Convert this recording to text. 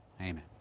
Amen